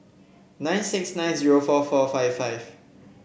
nine seven nine zero four four five five